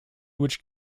which